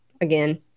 again